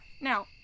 Now